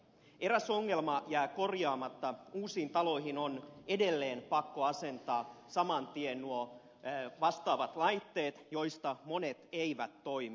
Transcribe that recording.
eräs ongelma jää korjaamatta uusiin taloihin on edelleen pakko asentaa saman tien nuo vastaavat laitteet joista monet eivät toimi